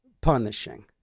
punishing